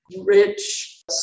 rich